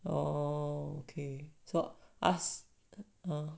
oh okay so ask her